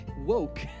woke